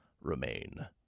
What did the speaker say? Remain